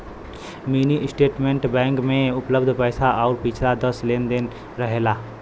mini statement bank में उपलब्ध पैसा आउर पिछला दस लेन देन रहेला